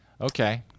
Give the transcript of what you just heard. Okay